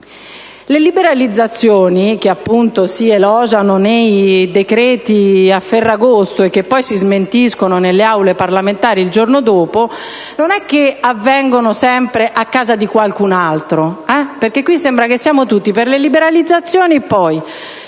Le liberalizzazioni, che appunto si elogiano nei decreti a Ferragosto e che poi si smentiscono nelle Aule parlamentari il giorno dopo, non devono avvenire sempre a casa di qualcun altro: sembra che qui siamo tutti per le liberalizzazioni,